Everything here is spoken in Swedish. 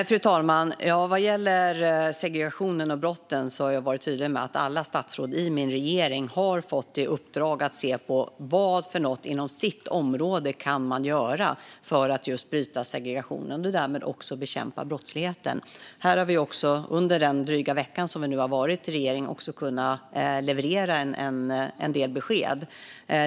Fru talman! Vad gäller segregationen och brotten har jag varit tydlig med att alla statsråd i min regering har fått i uppdrag att se på vad man kan göra inom sitt område för att bryta segregationen och därmed också bekämpa brottsligheten. Under den dryga vecka som vi nu varit i regering har vi också kunnat leverera en del besked.